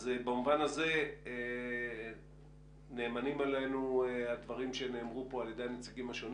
אז במובן הזה נאמנים עלינו הדברים שנאמרו פה על ידי הנציגים השונים